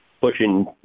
pushing